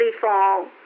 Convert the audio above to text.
fall